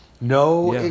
No